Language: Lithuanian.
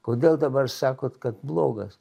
kodėl dabar sakot kad blogas